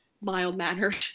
mild-mannered